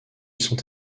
sont